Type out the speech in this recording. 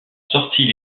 sortis